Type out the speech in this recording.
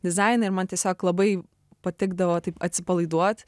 dizainą ir man tiesiog labai patikdavo taip atsipalaiduot